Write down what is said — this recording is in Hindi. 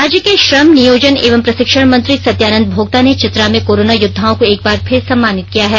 राज्य के श्रम नियोजन एवं प्रशिक्षण मंत्री सत्यानंद भोक्ता ने चतरा में कोरोना योद्वाओं को एक बार फिर सम्मानित किया है